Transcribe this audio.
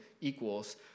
equals